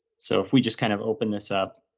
so if we just kind of open this up,